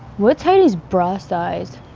what's heidi's bra size?